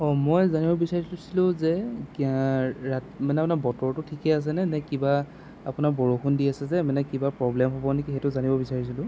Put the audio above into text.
অ' মই জানিব বিচাৰিছিলোঁ যে মানে আপোনাৰ বতৰটো ঠিকে আছে নে নে কিবা আপোনাৰ বৰষুণ দি আছে যে মানে কিবা প্ৰ'ব্লেম হ'ব নেকি সেইটো জানিব বিচাৰিছিলোঁ